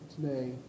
today